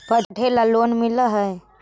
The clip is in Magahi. पढ़े ला लोन मिल है?